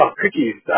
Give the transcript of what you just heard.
cookies